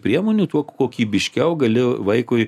priemonių tuo kokybiškiau gali vaikui